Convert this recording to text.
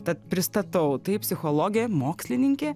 tad pristatau tai psichologė mokslininkė